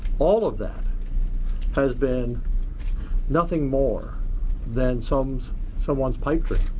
all of that has been nothing more than someone's someone's pipe dream,